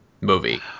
movie